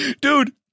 Dude